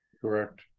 correct